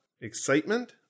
excitement